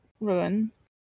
ruins